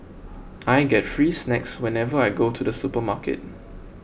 I get free snacks whenever I go to the supermarket